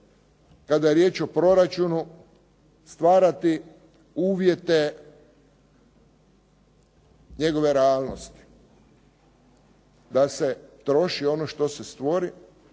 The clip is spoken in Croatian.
kada je riječ o proračunu stvarati uvjete njegove realnosti da se troši ono što se stvori